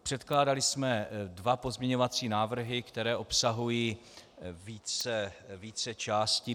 Předkládali jsme dva pozměňovací návrhy, které obsahují více částí.